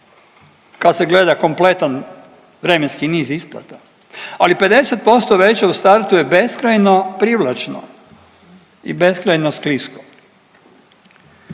kad se gleda kompletan vremenski niz isplate ali 50% veća u startu je beskrajno privlačno i beskrajno sklisko.